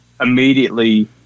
immediately